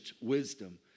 wisdom